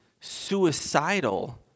suicidal